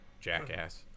Jackass